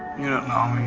you don't know